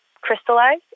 crystallize